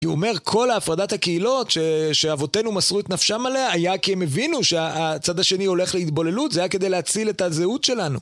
כי הוא אומר, כל ההפרדת הקהילות, שאבותינו מסרו את נפשם עליה, היה כי הם הבינו שהצד השני הולך להתבוללות, זה היה כדי להציל את הזהות שלנו.